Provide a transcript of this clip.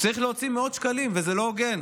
צריך להוציא מאות שקלים, וזה לא הוגן